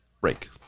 break